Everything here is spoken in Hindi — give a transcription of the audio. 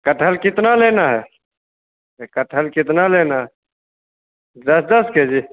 कटहल कितना लेना है ये कटहल कितना लेना है दस दस के जी